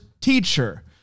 teacher